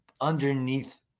underneath